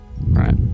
Right